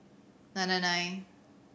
nine nine nine